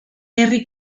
herri